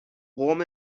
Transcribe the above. قوم